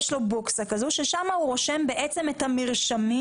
יש לו בוקסה כזו ששם הוא רושם את המרשמים,